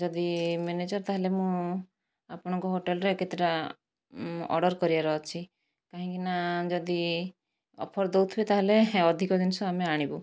ଯଦି ମ୍ୟାନେଜର ତା'ହେଲେ ମୁଁ ଆପଣଙ୍କ ହୋଟେଲରେ କେତେଟା ଅର୍ଡ଼ର କରିବାର ଅଛି କାହିଁକିନା ଯଦି ଅଫର୍ ଦେଉଥିବେ ତା'ହେଲେ ଅଧିକ ଜିନିଷ ଆମେ ଆଣିବୁ